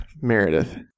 Meredith